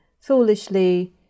foolishly